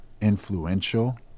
influential